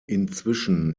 inzwischen